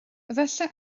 efallai